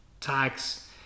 tax